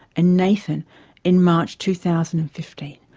and nathan in march two thousand and fifteen,